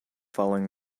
following